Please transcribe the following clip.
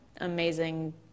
amazing